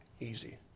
Easy